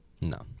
No